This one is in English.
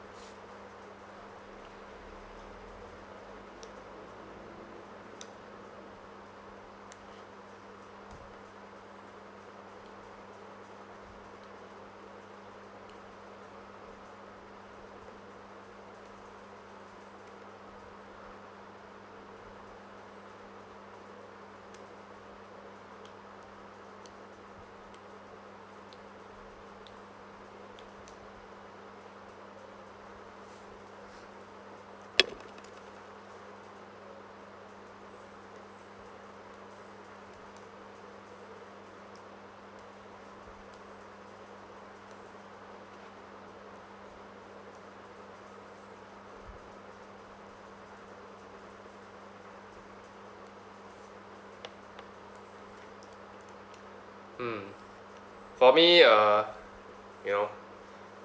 mm for me uh you know